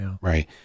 right